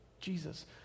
Jesus